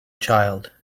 child